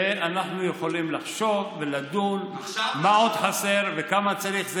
ואנחנו יכולים לחשוב ולדון מה עוד חסר וכמה צריך.